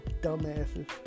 dumbasses